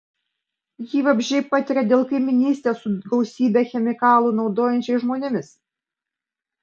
jį vabzdžiai patiria dėl kaimynystės su gausybę chemikalų naudojančiais žmonėmis